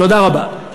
תודה רבה.